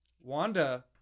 Wanda